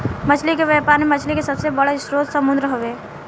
मछली के व्यापार में मछली के सबसे बड़ स्रोत समुंद्र हवे